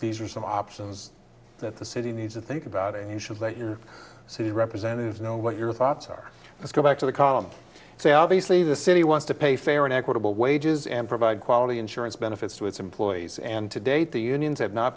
these are some options that the city needs to think about and you should let your city representatives know what your thoughts are let's go back to the column so obviously the city wants to pay fair and equitable wages and provide quality insurance benefits to its employees and to date the unions have not